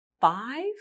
five